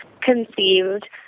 conceived